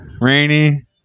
Rainy